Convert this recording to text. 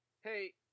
Hey